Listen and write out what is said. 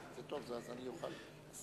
גנאים.